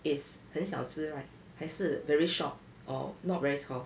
is 很小只 [right] 还是 very short or not very tall